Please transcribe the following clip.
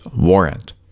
warrant